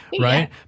Right